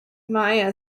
maya